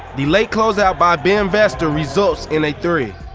the late close-out by ben vester results in a three.